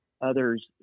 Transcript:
others